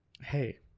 hey